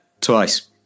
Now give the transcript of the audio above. Twice